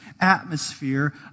atmosphere